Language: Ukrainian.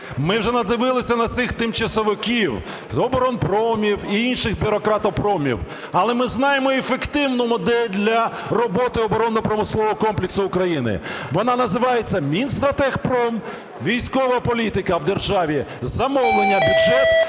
Ми вже надивилися на цих тимчасовиків, оборонпромів і інших бюрократопромів. Але ми знаємо ефективну модель для роботи оборонно-промислового комплексу України. Вона називається Мінстратегпром, військова політика в державі, замовлення, бюджет.